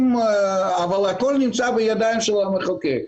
אבל הכל נמצא בידיים של המחוקק.